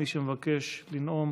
מי שמבקש לנאום